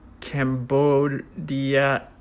Cambodia